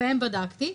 ולפיהן בדקתי.